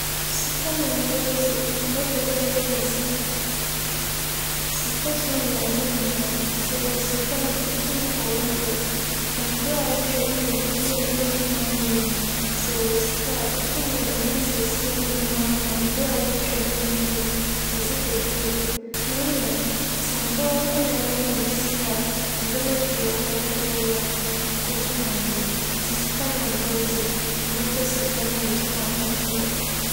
Sika na mber dze, mebɛpɛ dɛ mebenya sika. Sika tum yɛ adze nyinaa. Sɛ ewͻ sika a, itum tͻ wo mber. Mber a etwa mu ma biribi a enntum annyɛ no, sɛ ewͻ sika a itum yɛ dɛm nsiesie no nyinara ma mber a woetwa mu no mpo, edze ba bio na mbom sɛ mber nko na ewͻ na nnyi sika a, ndzɛmba pii wͻ hͻ a epɛ dɛ eyɛ a nnkotum ayɛ.